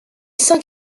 cinq